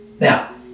Now